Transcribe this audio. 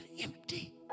empty